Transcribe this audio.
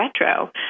retro